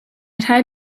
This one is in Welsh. rhai